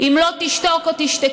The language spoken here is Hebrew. אם לא תשתוק או תשתקי,